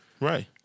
Right